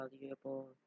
valuable